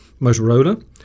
Motorola